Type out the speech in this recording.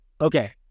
Okay